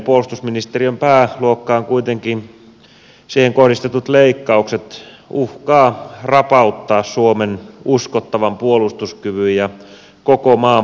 puolustusministeriön pääluokkaan kohdistetut leikkaukset kuitenkin uhkaavat rapauttaa suomen uskottavan puolustuskyvyn ja koko maan puolustamisen periaatteen